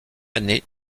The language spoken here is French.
année